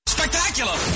Spectacular